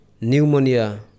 pneumonia